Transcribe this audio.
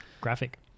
graphic